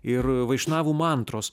ir vaišnavų mantros